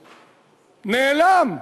נאלם,